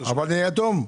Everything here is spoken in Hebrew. אבל אני יתום.